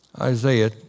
Isaiah